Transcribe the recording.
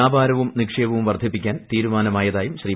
വ്യാപാരവും നിക്ഷേപവും വർധിപ്പിക്കാൻ തീരുമാനമായതായും ശ്രീ